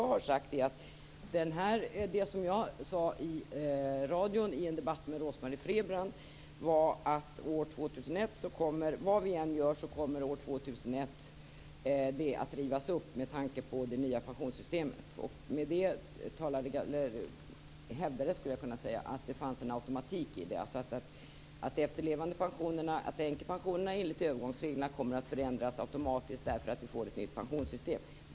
Det jag sade i radion i en debatt med Rose-Marie Frebran var att systemet kommer att rivas upp år 2001 vad vi än gör, med tanke på det nya pensionssystemet. Jag hävdade att det fanns en automatik och att änkepensionerna enligt övergångsreglerna kommer att förändras automatiskt därför att vi får ett nytt pensionssystem.